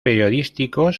periodísticos